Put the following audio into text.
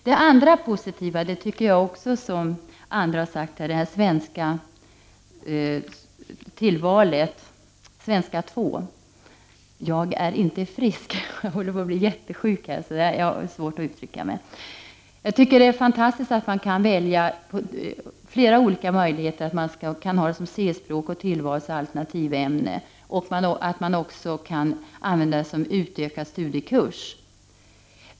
Det andra positiva är tillvalet Svenska 2. Det är fantastiskt att man kan välja på flera olika möjligheter. Man kan ha det som C-språk och tillvalsoch alternativämne. Man kan också använda det som utökad studiekurs.